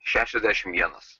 šešiasdešim vienas